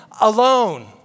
alone